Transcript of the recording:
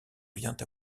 vient